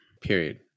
Period